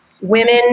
women